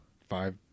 five